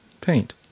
paint